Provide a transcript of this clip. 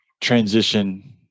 transition